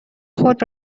خود